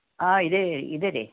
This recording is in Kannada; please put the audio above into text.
ಹಾಂ ಇದೆ ಇದೆ ರೀ